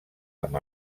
amb